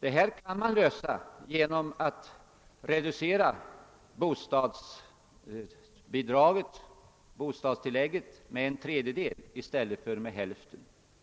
Detta problem kan man lösa genom att reducera bostadstillägget med en tredjedel i stället för med hälften,